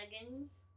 Leggings